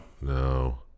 No